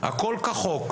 הכול כחוק,